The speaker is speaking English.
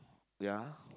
ya